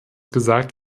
gesagt